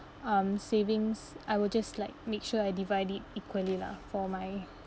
um savings I will just like make sure I divide it equally lah for my